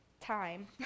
time